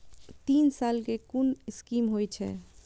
तीन साल कै कुन स्कीम होय छै?